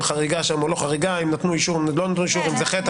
בחריגה או לא בחריגה; אם נתנו אישור או אם לא נתנו אישור; אם זה חטא,